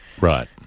Right